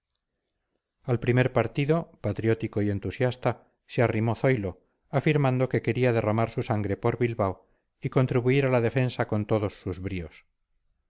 al primer partido patriótico y entusiasta se arrimó zoilo afirmando que quería derramar su sangre por bilbao y contribuir a la defensa con todos sus bríos